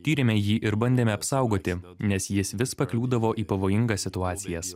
tyrėme jį ir bandėme apsaugoti nes jis vis pakliūdavo į pavojingas situacijas